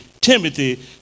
Timothy